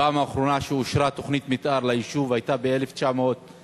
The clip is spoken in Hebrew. הפעם האחרונה שאושרה תוכנית מיתאר ליישוב היתה ב-1978,